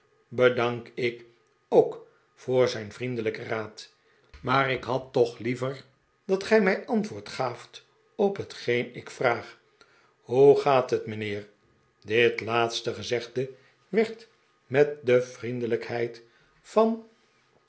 bed'ank ik ook voor zijn vriendelijken raad maar ik had toch liever dat gij mij antwoord gaaft op hetgeen ik vraag hoe gaat het mijnheer pit laatste gezegde werd met de vriendelijkheid van